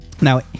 Now